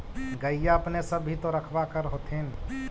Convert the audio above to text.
गईया अपने सब भी तो रखबा कर होत्थिन?